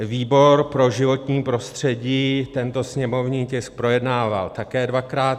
Výbor pro životní prostředí tento sněmovní tisk projednával také dvakrát.